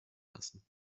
lassen